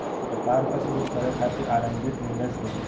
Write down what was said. व्यापार क शुरू करे खातिर आरम्भिक निवेश हौ